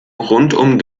rundum